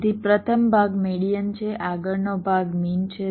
તેથી પ્રથમ ભાગ મેડીઅન છે આગળનો ભાગ મીન છે